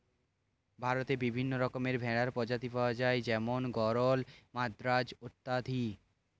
ভারতে বিভিন্ন রকমের ভেড়ার প্রজাতি পাওয়া যায় যেমন গরল, মাদ্রাজ অত্যাদি